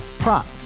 Prop